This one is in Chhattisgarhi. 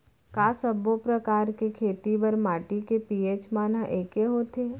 का सब्बो प्रकार के खेती बर माटी के पी.एच मान ह एकै होथे?